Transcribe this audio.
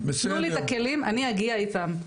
תנו לי את הכלים אני אגיע איתם,